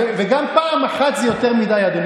מעבר לכך שהנחתום לא מעיד על עיסתו,